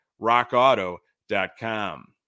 Rockauto.com